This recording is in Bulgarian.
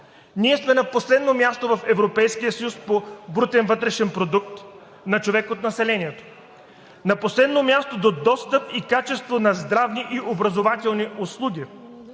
ние сме на последно място в Европейския съюз по брутен вътрешен продукт на човек от населението, на последно място до достъп и качество на здравни и образователни услуги,